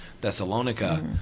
Thessalonica